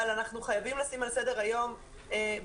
אבל אנחנו חייבים לשים על סדר היום ואני